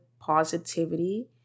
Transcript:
positivity